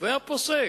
והיה פוסק,